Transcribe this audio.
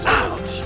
out